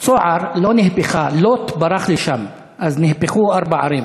צוער לא נהפכה, לוט ברח לשם, אז נהפכו ארבע ערים.